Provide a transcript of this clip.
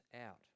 out